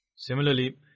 Similarly